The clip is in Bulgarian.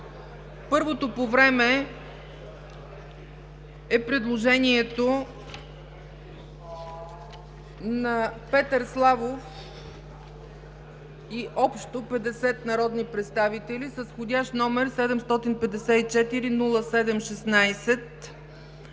Първото по време е предложението на Петър Славов и общо 50 народни представители с вх. № 754-07-16